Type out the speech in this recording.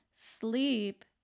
sleep